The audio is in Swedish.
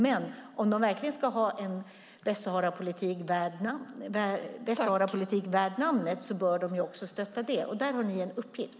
Men om de ska ha en Västsaharapolitik värd namnet bör de också stötta det. Där har ni en uppgift.